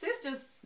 sister's